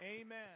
Amen